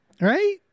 Right